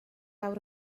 awr